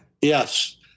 Yes